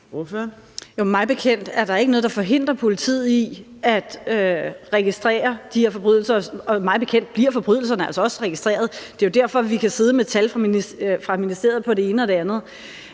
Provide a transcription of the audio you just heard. Mig bekendt er der ikke noget, der forhindrer politiet i at registrere de her forbrydelser, og mig bekendt bliver forbrydelserne altså også registreret. Det er jo derfor, vi kan sidde med tal fra ministeriet om det ene og det andet.